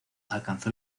alcanzó